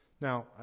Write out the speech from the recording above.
Now